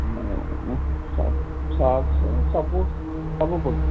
ସବୁ ପଡ଼ୁଛି